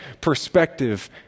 perspective